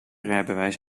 rijbewijs